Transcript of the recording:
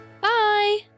Bye